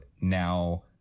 now